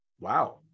Wow